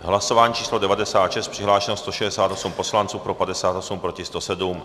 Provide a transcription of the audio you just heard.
V hlasování číslo 96 přihlášeno 168 poslanců, pro 58, proti 107.